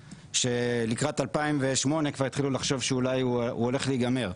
שלקראת 2008 התחילו לחשוב שאולי הוא הולך להיגמר.